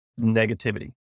negativity